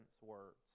words